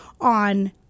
on